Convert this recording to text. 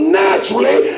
naturally